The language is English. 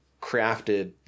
crafted